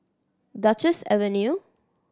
Duchess Avenue